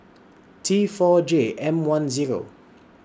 T four J M one Zero